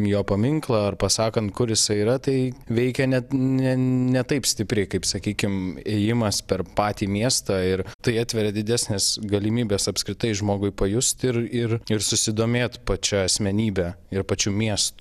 jo paminklą ar pasakant kur jisai yra tai veikia net ne taip stipriai kaip sakykime ėjimas per patį miestą ir tai atveria didesnes galimybes apskritai žmogui pajusti ir ir ir susidomėti pačia asmenybe ir pačiu miestu